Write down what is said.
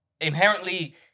inherently